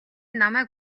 намайг